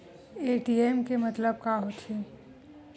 ATM के मतलब का होथे?